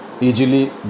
easily